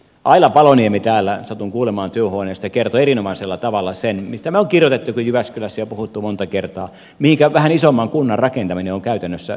aila paloniemi täällä satuin kuulemaan työhuoneesta kertoi erinomaisella tavalla sen mistä me olemme kirjoittaneetkin jyväskylässä ja puhuneet monta kertaa mihinkä vähän isomman kunnan rakentaminen on käytännössä johtanut